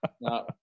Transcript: No